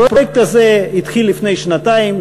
הפרויקט הזה התחיל לפני שנתיים.